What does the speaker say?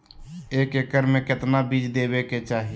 एक एकड़ मे केतना बीज देवे के चाहि?